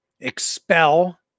expel